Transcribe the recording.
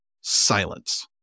Silence